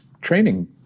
training